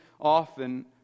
often